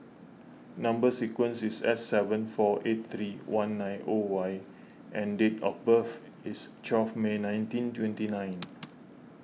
Number Sequence is S seven four eight three one nine zero Y and date of birth is twelve May nineteen twenty nine